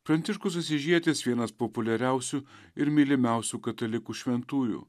pranciškus asyžietis vienas populiariausių ir mylimiausių katalikų šventųjų